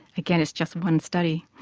again, it's just one study.